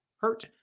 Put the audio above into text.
hurt